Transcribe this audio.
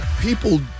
people